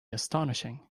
astonishing